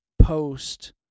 post